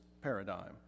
paradigm